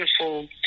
beautiful